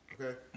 okay